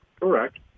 Correct